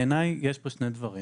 בעיניי, יש פה שני דברים.